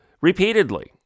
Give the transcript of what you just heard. repeatedly